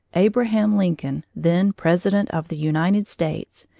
abraham lincoln, then president of the united states,